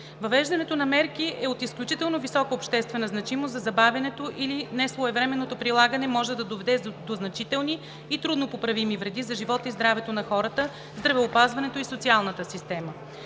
Въвеждането на мерки е от изключително висока обществена значимост, като забавянето или несвоевременното прилагане може да доведе до значителни и трудно поправими вреди за живота и здравето на хората, здравеопазването и социалната система.